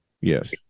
Yes